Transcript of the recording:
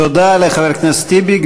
תודה לחבר הכנסת טיבי.